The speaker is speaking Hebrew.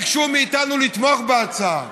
ביקשו מאיתנו לתמוך בהצעה.